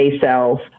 cells